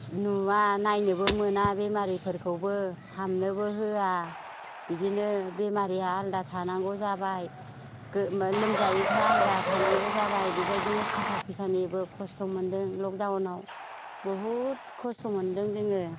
नुवा नायनोबो मोना बेमारिफोरखौबो हाबनोबो होआ बिदिनो बेमारिया आलादा थानांगौ जाबाय लोमजायैफ्रा आलादा थानांगौ जाबाय बेबायदिनो थाखा फैसानिबो खस्थ' मोनदों लक डाउनाव बहुद खस्थ' मोनदों जोङो